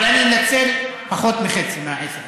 אבל אנצל פחות מחצי מהעשר האלה.